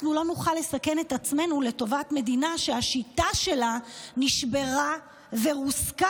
אנחנו לא נוכל לסכן את עצמנו לטובת מדינה שהשיטה שלה נשברה ורוסקה.